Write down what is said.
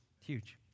Huge